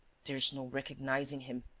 there's no recognizing him,